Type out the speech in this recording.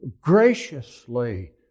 graciously